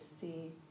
see